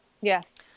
yes